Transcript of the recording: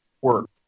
work